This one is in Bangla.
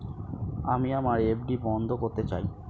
আমি আমার এফ.ডি বন্ধ করতে চাই